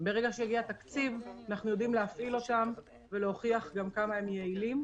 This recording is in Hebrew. ברגע שיגיע התקציב אנחנו יודעים להפעיל אותם ולהוכיח גם כמה הם יעילים.